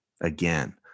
Again